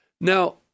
Now